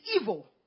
evil